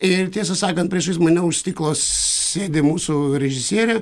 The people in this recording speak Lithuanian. ir tiesą sakant priešais mane už stiklo sėdi mūsų režisierė